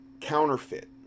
counterfeit